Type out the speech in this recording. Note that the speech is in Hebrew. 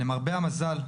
למרבה המזל,